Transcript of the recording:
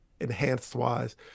enhanced-wise